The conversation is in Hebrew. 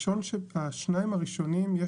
השניים הראשונים,